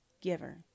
giver